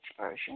version